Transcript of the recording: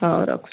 ହଉ ରଖୁଛି